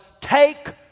take